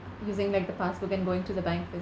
using like the passbook and going to the bank